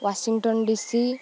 Washington DC